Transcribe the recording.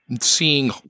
seeing